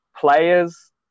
Players